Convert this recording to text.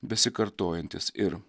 besikartojantis ir